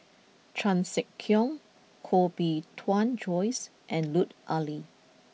Chan Sek Keong Koh Bee Tuan Joyce and Lut Ali